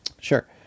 sure